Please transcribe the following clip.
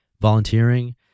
volunteering